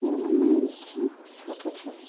ছোটো ছেলে